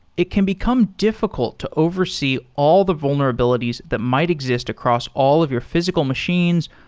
it can become difficult to oversee all the vulnerabilities that might exist across all of your physical machines,